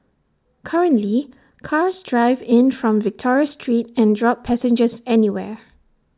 currently cars drive in from Victoria street and drop passengers anywhere